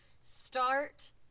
start